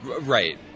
right